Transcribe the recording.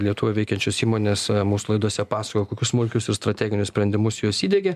lietuvoj veikiančios įmonės mūsų laidose pasakojo kokius smulkius ir strateginius sprendimus jos įdiegė